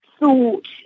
thought